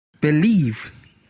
believe